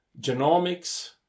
genomics